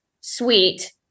sweet